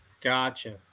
Gotcha